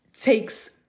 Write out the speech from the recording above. takes